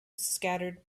scattered